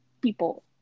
people